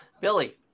Billy